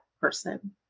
person